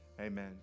amen